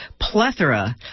plethora